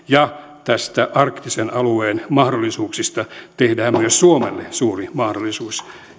ja sitten arktisen alueen mahdollisuuksista tehdään myös suomelle suuri mahdollisuus